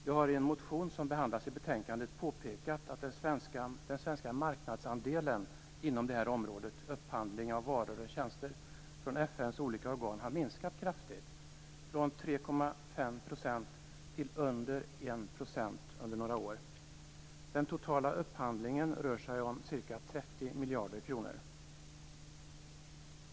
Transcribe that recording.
Jag har i en motion som behandlas i betänkandet påpekat att den svenska marknadsandelen inom området upphandling av varor och tjänster från FN:s olika organ har minskat kraftigt - från 3,5 % till under 1 % under några år. Den totala upphandlingen är på ca 30 miljarder kronor.